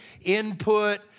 input